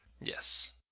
Yes